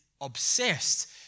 obsessed